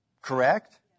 Correct